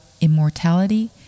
immortality